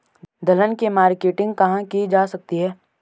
दलहन की मार्केटिंग कहाँ की जा सकती है?